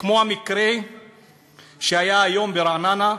כמו המקרה שהיה היום ברעננה,